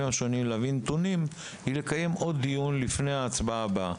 השונים להביא נתונים היא לקיים עוד דיון לפני ההצבעה הבאה.